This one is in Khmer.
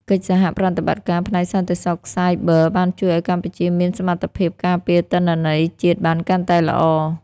កិច្ចសហប្រតិបត្តិការផ្នែកសន្តិសុខសាយប័របានជួយឱ្យកម្ពុជាមានសមត្ថភាពការពារទិន្នន័យជាតិបានកាន់តែល្អ។